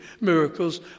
miracles